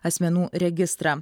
asmenų registrą